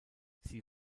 sie